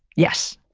yes.